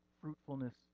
fruitfulness